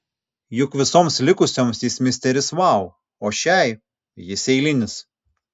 juk visoms likusioms jis misteris vau o šiai jis eilinis